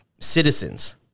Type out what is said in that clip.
citizens